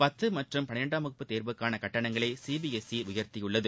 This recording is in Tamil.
பத்து மற்றும் பனிரெண்டாம் வகுப்பு தேர்வுக்கான கட்டணங்களை சி பி எஸ் சி உயர்த்தியுள்ளது